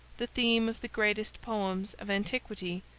the theme of the greatest poems of antiquity,